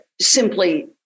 simply